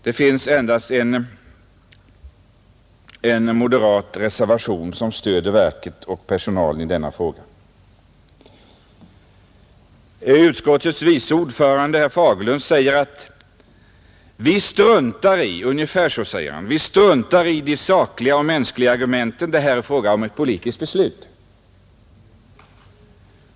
Det finns endast en moderat reservation som stöder verket och personalen i denna fråga. Utskottets vice ordförande herr Fagerlund säger ungefär så här: Vi struntar i de sakliga och mänskliga argumenten — nu är det fråga om ett politiskt beslut.